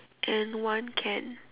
and one can